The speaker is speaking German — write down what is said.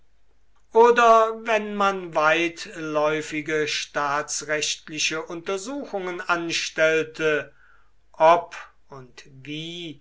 oder wenn man weitläufige staatsrechtliche untersuchungen anstellte ob und wie